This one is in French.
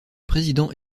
président